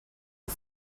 you